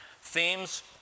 Themes